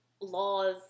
laws